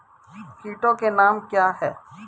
कीटों के नाम क्या हैं?